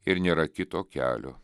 ir nėra kito kelio